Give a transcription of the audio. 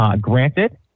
granted